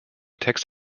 text